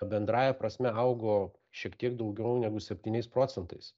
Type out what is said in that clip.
bendrąja prasme augo šiek tiek daugiau negu septyniais procentais